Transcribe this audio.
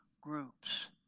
groups